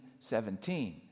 17